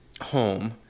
home